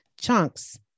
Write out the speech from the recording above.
chunks